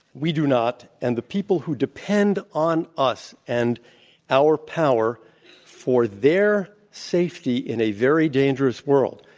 we do not and the people who depend on us and our power for their safety in a very dangerous world,